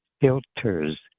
Filters